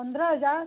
पंद्रह हज़ार